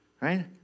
Right